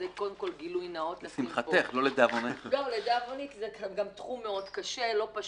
זה תחום מאוד קשה, לא פשוט.